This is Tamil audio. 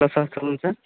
ஹலோ சார் சொல்லுங்கள் சார்